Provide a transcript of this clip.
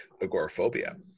agoraphobia